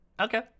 Okay